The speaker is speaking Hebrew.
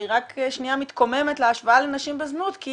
אני רק שניה מתקוממת על ההשוואה לנשים בזנות כי